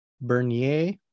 Bernier